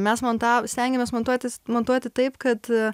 mes montav stengiamės montuotis montuoti taip kad